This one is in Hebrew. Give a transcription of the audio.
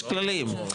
יש כללים,